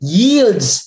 yields